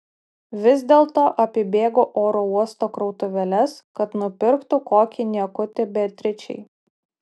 vis dėlto apibėgo oro uosto krautuvėles kad nupirktų kokį niekutį beatričei